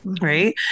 Right